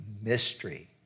mystery